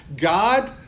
God